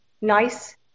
nice